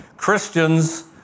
Christians